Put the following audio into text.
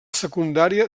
secundària